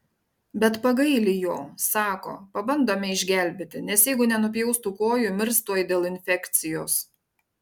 bet pagaili jo sako pabandome išgelbėti nes jeigu nenupjaus tų kojų mirs tuoj dėl infekcijos